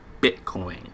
Bitcoin